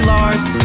Lars